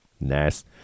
Nice